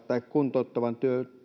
tai kuntouttavan